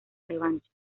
revancha